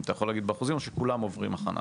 אם אתה יכול להגיד באחוזים או שכולם עוברים הכנה?